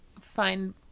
find